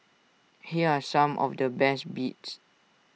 here are some of the best bits